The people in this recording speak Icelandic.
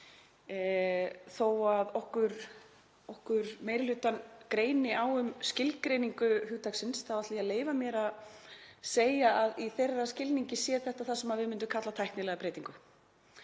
Þó að okkur meiri hlutann greini á um skilgreiningu hugtaksins þá ætla ég að leyfa mér að segja að í þeirra skilningi sé þetta það sem við myndum kalla tæknilega breytingu.